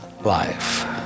life